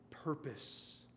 purpose